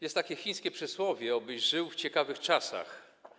Jest takie chińskie przysłowie: Obyś żył w ciekawych czasach.